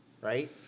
Right